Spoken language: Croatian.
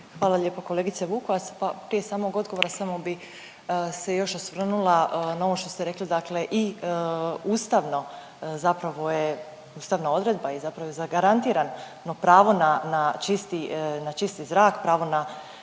Hvala lijepo kolegice Vukovac. Pa prije samog odgovora, samo bi se još osvrnula na ovo što ste rekli, dakle i ustavno zapravo je, ustavna odredba je i zapravo je zagarantirano pravo na čisti zrak, pravo na